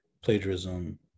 plagiarism